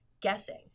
guessing